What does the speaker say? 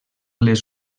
les